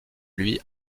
lui